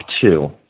two